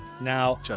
Now